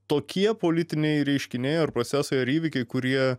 tokie politiniai reiškiniai ar procesai ar įvykiai kurie